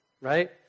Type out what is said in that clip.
Right